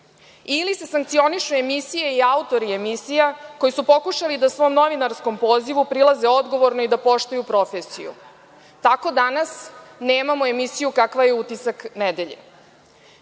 ili se sankcionišu emisije ili autori emisija koji su pokušali da svom novinarskom pozivu prilaze odgovorno i da poštuju profesiju. Tako danas nemamo emisiju kakva je „Utisak nedelje“.Na